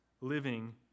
living